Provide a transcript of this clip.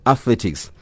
Athletics